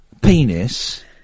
penis